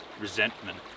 resentment